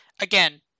Again